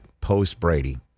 post-Brady